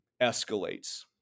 escalates